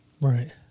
Right